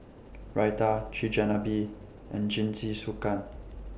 Raita Chigenabe and Jingisukan